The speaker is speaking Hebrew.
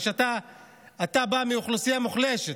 אתה בא מאוכלוסייה מוחלשת,